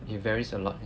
it varies a lot eh